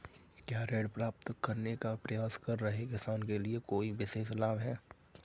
क्या ऋण प्राप्त करने का प्रयास कर रहे किसानों के लिए कोई विशेष लाभ हैं?